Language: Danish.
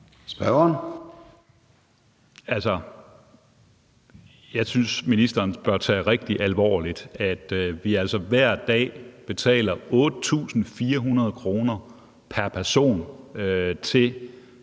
Skaarup (DD): Jeg synes, at ministeren bør tage rigtig alvorligt, at vi altså hver dag betaler 8.400 kr. pr. person til